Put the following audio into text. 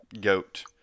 Goat